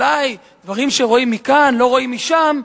אולי דברים שרואים מכאן לא רואים משם,